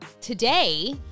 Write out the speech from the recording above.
Today